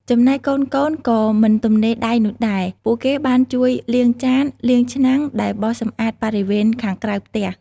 ចំណែកកូនៗក៏មិនទំនេរដៃនោះដែរ ពួកគេបានជួយលាងចាន លាងឆ្នាំង និងបោសសម្អាតបរិវេណខាងក្រៅផ្ទះ។